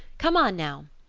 come on now.